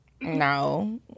No